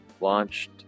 Launched